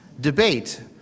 debate